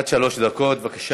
עד שלוש דקות, בבקשה.